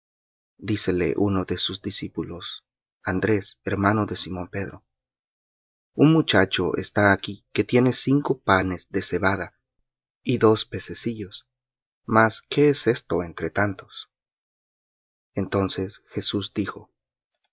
dícele uno de sus discípulos andrés hermano de simón pedro un muchacho está aquí que tiene cinco panes de cebada y dos pececillos mas qué es esto entre tantos entonces jesús dijo